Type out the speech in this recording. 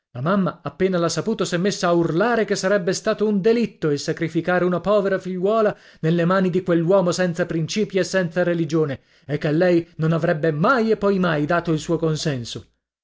la mamma appena l'ha saputo s'è messa a urlare che sarebbe stato un delitto il sacrificare una povera figliuola nelle mani di quell'uomo senza principi e senza religione e che lei non avrebbe mai e poi mai dato il suo consenso